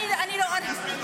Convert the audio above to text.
אני אסביר לך --- לא,